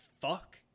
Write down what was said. fuck